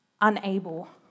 unable